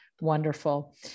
wonderful